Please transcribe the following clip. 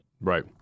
right